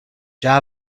già